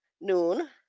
noon